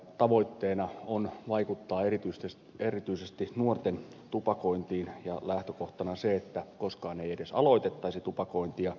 tavoitteena on vaikuttaa erityisesti nuorten tupakointiin ja lähtökohtana on se että koskaan ei edes aloitettaisi tupakointia